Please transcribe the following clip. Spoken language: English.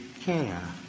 care